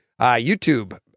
YouTube